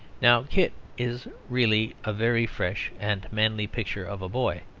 now kit is really a very fresh and manly picture of a boy,